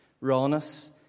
rawness